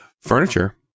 furniture